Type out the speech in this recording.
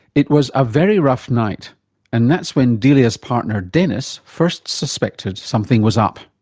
it was a very rough night and that's when delia's partner denis first suspected something was up.